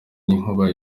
n’inkuba